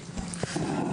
בבקשה.